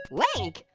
link?